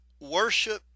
worship